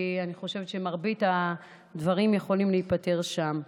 כי אני חושבת שמרבית הדברים יכולים להיפתר שם.